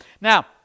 now